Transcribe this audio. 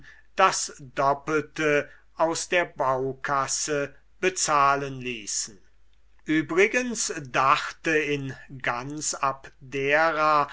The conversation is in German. das duplum aus der baucasse bezahlen ließen übrigens dachte in ganz abdera